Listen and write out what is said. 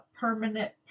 permanent